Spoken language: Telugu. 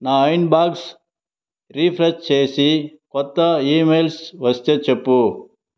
నా ఇన్బాక్స్ రీఫ్రెష్ చేసి కొత్త ఈమెయిల్స్ వస్తే చెప్పు